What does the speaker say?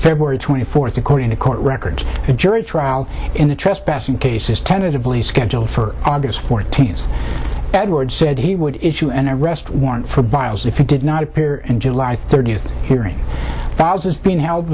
february twenty fourth according to court records a jury trial in the trespassing case is tentatively scheduled for august fourteenth edward said he would issue an arrest warrant for vials if it did not appear in july thirtieth hearing being held